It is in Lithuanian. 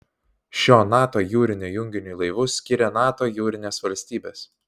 šio nato jūrinio junginiui laivus skiria nato jūrinės valstybės